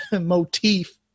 motif